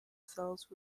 cells